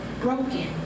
broken